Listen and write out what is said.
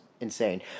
insane